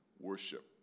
worship